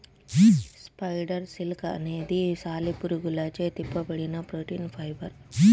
spider silk అనేది సాలెపురుగులచే తిప్పబడిన ప్రోటీన్ ఫైబర్